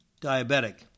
diabetic